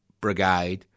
brigade